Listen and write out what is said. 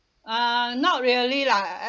uh not really lah I I